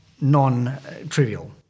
non-trivial